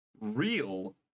real